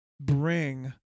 bring